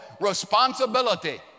responsibility